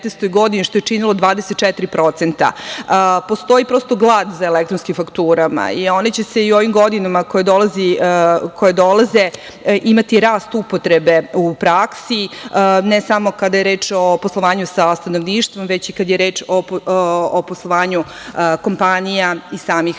godini, što je činilo 24%. Postoji prosto glad za elektronskim fakturama i one će se u ovim godinama koje dolaze imati rast upotrebe u praksi, ne samo kada je reč o poslovanju sa stanovništvom, već i kada je reč o poslovanju kompanija i samih